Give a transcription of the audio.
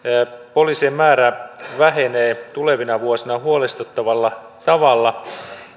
poliisien määrä vähenee tulevina vuosina huolestuttavalla tavalla